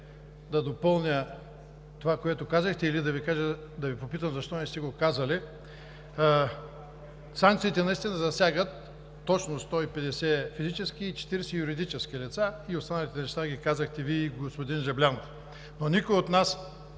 да допълня това, което казахте или да Ви попитам защо не сте го казали. Санкциите наистина засягат точно 150 физически и 40 юридически лица. Останалите неща ги казахте Вие и господин Жаблянов, но никой от нас